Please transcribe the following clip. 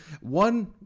one